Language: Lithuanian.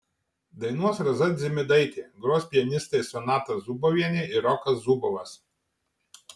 dainuos rasa dzimidaitė gros pianistai sonata zubovienė ir rokas zubovas